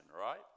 right